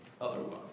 otherwise